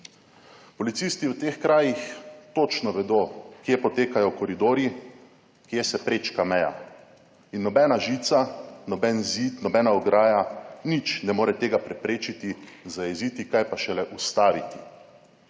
Policisti v teh krajih točno vedo, kje potekajo koridorji, kje se prečka meja in nobena žica, noben zid, nobena ograja, nič ne more tega preprečiti, zajeziti kaj pa šele ustaviti.